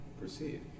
proceed